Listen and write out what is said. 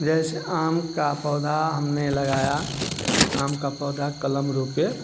जैसे आम का पौधा हमने लगाया आम का पौधा कलम रोपे